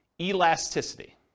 Elasticity